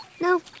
No